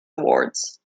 awards